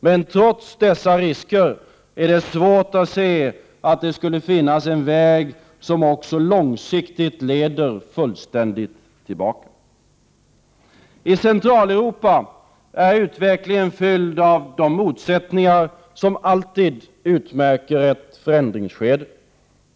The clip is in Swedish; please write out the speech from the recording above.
Men trots dessa risker är det svårt att se att det skulle finnas en väg som också långsiktigt leder fullständigt tillbaka. I Centraleuropa är utvecklingen fylld av de motsättningar som alltid utmärker ett förändringsskede.